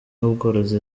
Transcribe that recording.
n’ubworozi